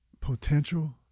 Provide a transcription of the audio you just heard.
potential